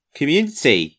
community